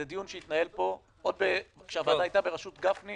זה דיון שהתנהל פה עוד כשהוועדה הייתה בראשות גפני,